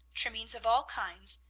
trimmings of all kinds,